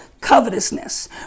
covetousness